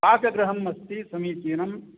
पाकगृहमस्ति समीचीनं